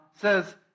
says